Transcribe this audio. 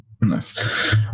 Nice